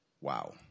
Wow